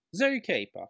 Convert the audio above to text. Zookeeper